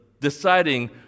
deciding